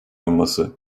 olması